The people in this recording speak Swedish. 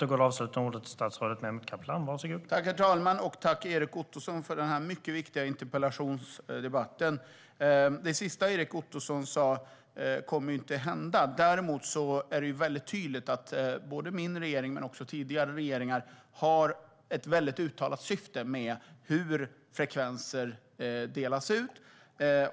Herr talman! Tack, Erik Ottoson, för den mycket viktiga interpellationsdebatten! Det sista Erik Ottoson sa kommer inte att hända. Däremot är det väldigt tydligt att både min regering och tidigare regeringar har haft och har ett uttalat syfte med hur frekvenser delas ut.